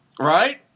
right